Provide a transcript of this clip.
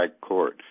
Court